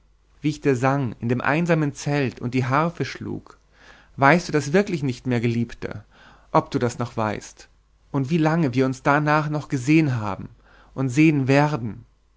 wie ich dir sang in dem einsamen zelt und die harfe schlug weißt du das wirklich nicht mehr geliebter ob du das noch weißt und wie lange wir uns darnach noch gesehen haben und sehen werden